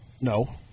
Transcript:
No